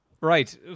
right